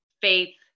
faith